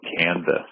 Canvas